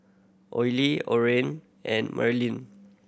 Oley Oran and Marilynn